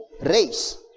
race